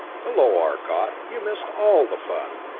hello, arcot you missed all the fun!